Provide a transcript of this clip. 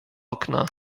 okna